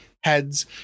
heads